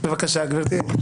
בבקשה גברתי,